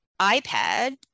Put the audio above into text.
iPad